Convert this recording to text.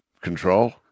control